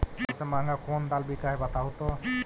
सबसे महंगा कोन दाल बिक है बताहु तो?